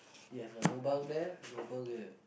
you have a lobang there lobang ya